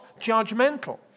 judgmental